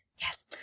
Yes